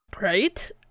Right